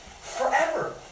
forever